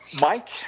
Mike